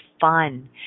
fun